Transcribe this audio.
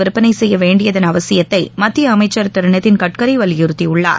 விற்பனைசெய்யவேண்டியதன் அவசியத்தைமத்தியஅமைச்சர் திருநிதின் கட்கரிவலியுறுத்தியுள்ளார்